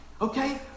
Okay